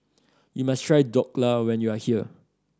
you must try Dhokla when you are here